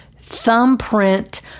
thumbprint